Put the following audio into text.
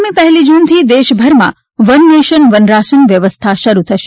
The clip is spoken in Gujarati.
આગામી પહેલી જૂનથી દેશભરમાં વન નેશન વન રાશન વ્યવસ્થા શરૂ થશે